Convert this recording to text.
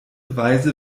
weise